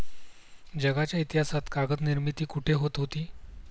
जगाच्या इतिहासात कागद निर्मिती कुठे होत होती?